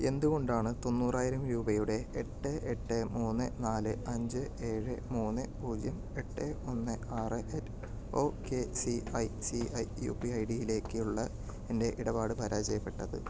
എന്തുകൊണ്ടാണ് തൊണ്ണൂറായിരം രൂപയുടെ എട്ട് എട്ട് മൂന്ന് നാല് അഞ്ച് ഏഴ് മൂന്ന് പൂജ്യം എട്ട് ഒന്ന് ആറ് at O K C I C I U P ഐഡിയിലേക്കുള്ള എൻ്റെ ഇടപാട് പരാജയപ്പെട്ടത്